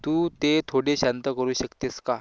तू ते थोडे शांत करू शकतेस का